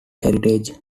heritage